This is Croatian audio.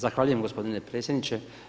Zahvaljujem gospodine predsjedniče.